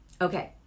Okay